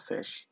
Fish